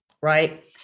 right